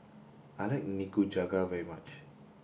I like Nikujaga very much